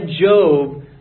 Job